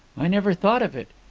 i never thought of it.